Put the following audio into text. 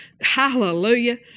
Hallelujah